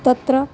तत्र